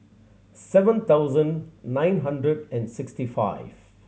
seven thousand nine hundred and sixty five